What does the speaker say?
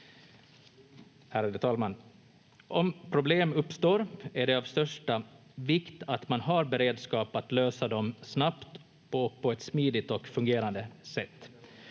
Ärade talman! Om problem uppstår är det av största vikt att man har beredskap att lösa dem snabbt på ett smidigt och fungerande sätt.